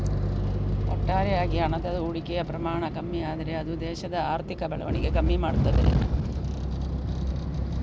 ಒಟ್ಟಾರೆ ಆಗಿ ಹಣದ ಹೂಡಿಕೆಯ ಪ್ರಮಾಣ ಕಮ್ಮಿ ಆದ್ರೆ ಅದು ದೇಶದ ಆರ್ಥಿಕ ಬೆಳವಣಿಗೆ ಕಮ್ಮಿ ಮಾಡ್ತದೆ